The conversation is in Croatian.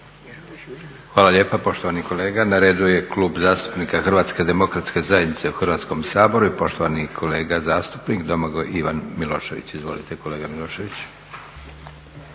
Hvala lijepa poštovani kolega. Na redu je Klub zastupnika Hrvatske demokratske zajednice u Hrvatskom saboru i poštovani kolega zastupnik Domagoj Ivan Milošević. Izvolite kolega Milošević.